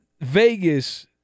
Vegas